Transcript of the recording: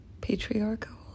patriarchal